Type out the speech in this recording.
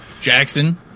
Jackson